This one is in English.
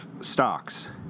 stocks